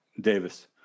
Davis